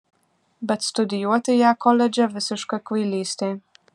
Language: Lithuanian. bet studijuoti ją koledže visiška kvailystė